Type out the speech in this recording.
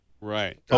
Right